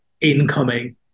incoming